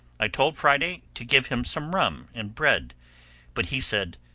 i told friday to give him some rum and bread but he said,